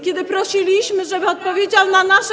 Kiedy prosiliśmy, żeby odpowiedział na nasze.